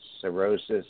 cirrhosis